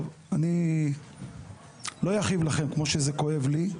טוב, אני לא אכאיב לכם כמו שזה כואב לי.